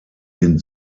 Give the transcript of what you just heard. den